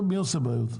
מי עושה בעיות?